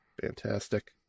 Fantastic